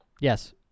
Yes